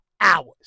hours